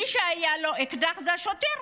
מי שהיה לו אקדח זה השוטר.